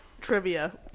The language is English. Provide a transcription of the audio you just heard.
trivia